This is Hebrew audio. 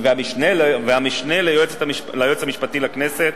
והמשנה ליועץ המשפטי לכנסת.